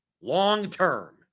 Long-term